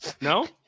No